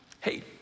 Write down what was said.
Hey